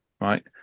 right